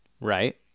right